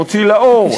מוציא לאור,